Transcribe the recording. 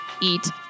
eat